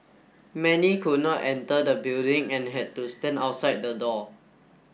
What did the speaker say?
many could not enter the building and had to stand outside the door